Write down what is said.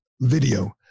video